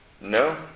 No